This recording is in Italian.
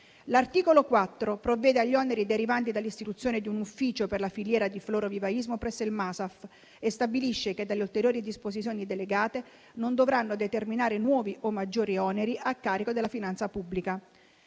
L'articolo 4 provvede agli oneri derivanti dall'istituzione di un ufficio per la filiera di florovivaismo presso il MASAF e stabilisce che le ulteriori disposizioni delegate non dovranno determinare nuovi o maggiori oneri a carico della finanza pubblica.